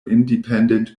independent